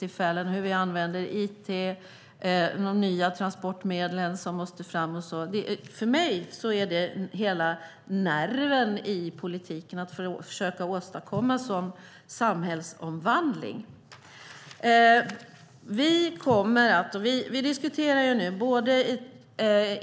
Vi kan också försöka föreställa oss hur vi använder it och nya transportmedel. För mig är det nerven i politiken, att försöka åstadkomma en sådan samhällsomvandling.